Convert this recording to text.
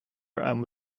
and